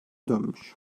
dönmüş